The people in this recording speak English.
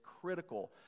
critical